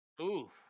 Oof